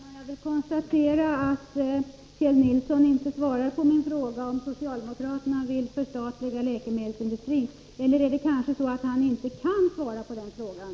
Fru talman! Jag konstaterar att Kjell Nilsson inte svarar på min fråga om socialdemokraterna vill förstatliga läkemedelsindustrin. Är det kanske så att han inte kan svara på den frågan?